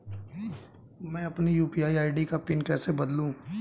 मैं अपनी UPI ID का पिन कैसे बदलूं?